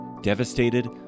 devastated